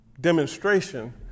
demonstration